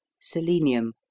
selenium